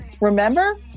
Remember